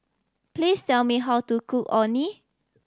please tell me how to cook Orh Nee